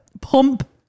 pump